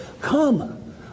Come